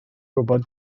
gwybod